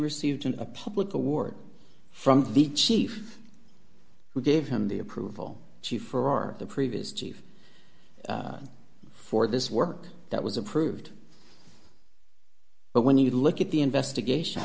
received a public award from the chief who gave him the approval she for the previous jeev for this work that was approved but when you look at the investigation